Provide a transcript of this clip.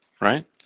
right